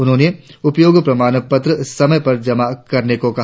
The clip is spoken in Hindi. उन्होंने उपयोग प्रमाण पत्र समय पर जमा करने को कहा